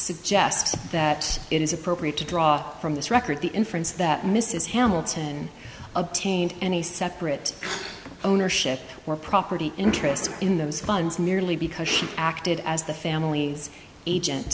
suggest that it is appropriate to draw from this record the inference that mrs hamilton obtained any separate ownership or property interest in those funds merely because she acted as the family's agent